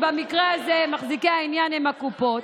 ובמקרה הזה מחזיקי העניין הם הקופות,